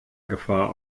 gefahr